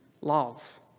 love